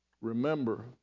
Remember